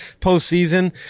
postseason